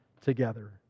together